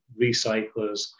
recyclers